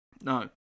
No